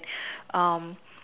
um